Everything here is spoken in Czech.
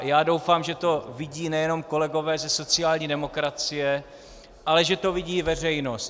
Já doufám, že to vidí nejenom kolegové ze sociální demokracie, ale že to vidí i veřejnost.